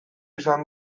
izan